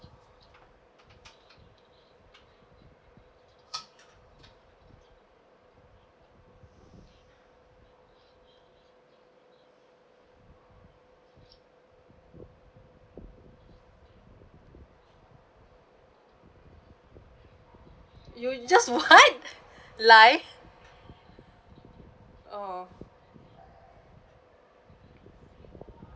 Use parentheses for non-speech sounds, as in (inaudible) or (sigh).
you just what (breath) life oh